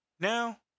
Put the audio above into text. Now